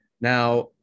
Now